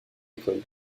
école